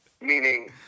meaning